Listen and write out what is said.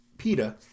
PETA